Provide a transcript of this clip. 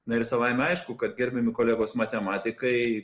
na ir savaime aišku kad gerbiami kolegos matematikai